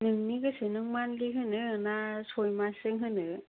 नोंनि गोसो नों मानलि होनो ना सय मासजों होनो